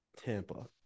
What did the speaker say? Tampa